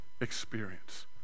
experience